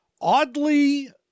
oddly